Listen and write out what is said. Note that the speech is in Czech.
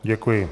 Děkuji.